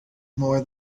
more